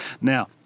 Now